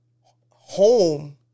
home